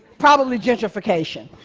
probably gentrification.